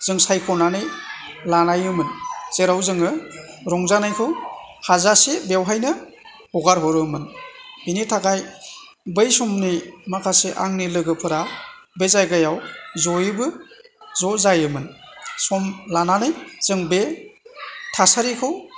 जों सायख'नानै लानायोमोन जेराव जोङो रंजानायखौ हाजासे बेवहायनो हगारहरोमोन बिनि थाखाय बै समनि माखासे आंनि लोगोफोरा बे जायगायाव ज'यैबो ज' जायोमोन सम लानानै जों बे थासारिखौ